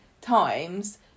times